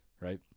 right